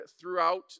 throughout